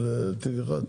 על תיק אחד?